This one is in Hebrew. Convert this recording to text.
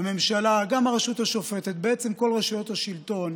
הממשלה, גם הרשות השופטת, בעצם כל רשויות השלטון,